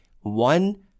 one